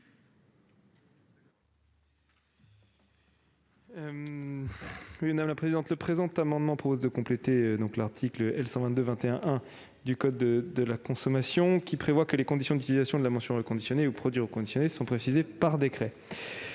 du Gouvernement ? Le présent amendement tend à compléter l'article L. 122-21-1 du code de la consommation, qui prévoit que les conditions d'utilisation de la mention « reconditionné » ou « produit reconditionné » sont précisées par décret.